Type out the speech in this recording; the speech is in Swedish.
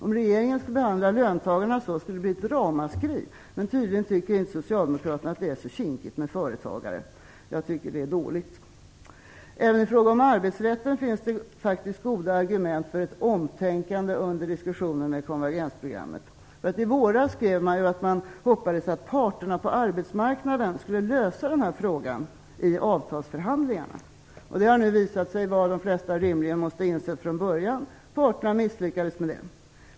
Om regeringen skulle behandla löntagarna så skulle det bli ett ramaskri, men tydligen tycker inte socialdemokraterna att det är så kinkigt med företagare. Jag tycker att det är dåligt. Även i fråga om arbetsrätten finns goda argument för ett omtänkande under diskussionen om konvergensprogrammet. I våras skrev man ju att man hoppades att parterna på arbetsmarknaden skulle lösa denna fråga i avtalsförhandlingarna. Det har nu visat sig vad de flesta rimligen måste ha insett från början: Parterna misslyckades.